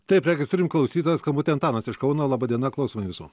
taip regis turim klausytojo skambutį antanas iš kauno laba diena klausom jūsų